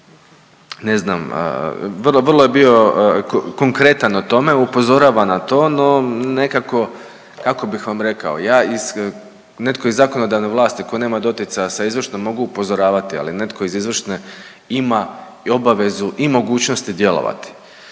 ne znam, vrlo je bio konkretan o tome, upozorava na to no nekako kako bih vam rekao, ja iz netko iz zakonodavne vlasti tko nema doticaja s izvršnom mogu upozoravati, ali netko iz izvršne ima obavezu i mogućnosti djelovati,